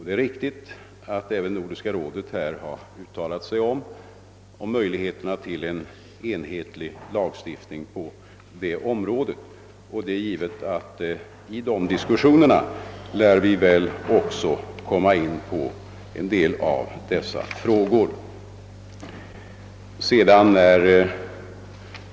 Det är riktigt att även Nordiska rådet har uttalat sig om möjligheterna till en enhetlig lagstiftning på detta område. Det är givet att man under de diskussionerna kan komma in också på en del av dessa frågor.